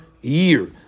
year